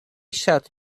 shouted